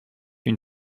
une